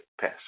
pass